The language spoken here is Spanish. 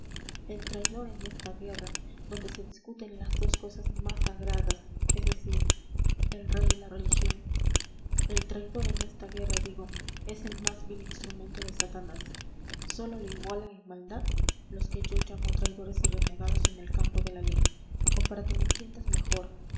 el traidor en esta guerra donde se discuten las dos cosas más sagradas es decir el rey y la religión el traidor en esta guerra digo es el más vil instrumento de satanás sólo le igualan en maldad los que yo llamo traidores y renegados en el campo de la ley o para que me entiendas mejor